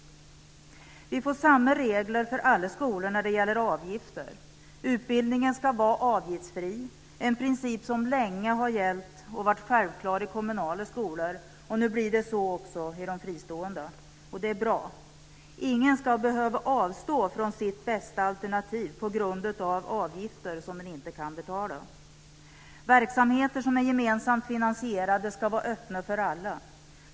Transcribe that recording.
Vi får samma regler för alla skolor när det gäller avgifter. Utbildningen ska vara avgiftsfri. Det är en princip som länge har gällt och varit självklar i kommunala skolor. Nu blir det så också i fristående skolor. Det är bra. Ingen ska behöva avstå från sitt bästa alternativ på grund av avgifter som man inte kan betala. Verksamheter som är gemensamt finansierade ska vara öppna för alla.